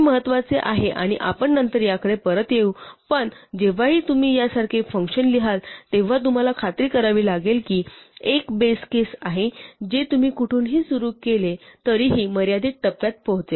हे महत्वाचे आहे आणि आपण नंतर याकडे परत येऊ पण जेव्हाही तुम्ही यासारखे फंक्शन लिहाल तेव्हा तुम्हाला खात्री करावी लागेल की एक बेस केस आहे जे तुम्ही कुठूनही सुरू केले तरीही मर्यादित टप्प्यांत पोहोचेल